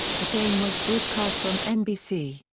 the game was broadcast on nbc.